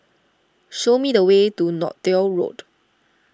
show me the way to Northolt Road